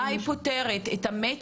אז מה היא פותרת, את ה-matching?